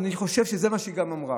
ואני חושב שזה מה שהיא גם אמרה,